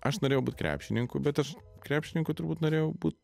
aš norėjau būt krepšininku bet aš krepšininku turbūt norėjau būt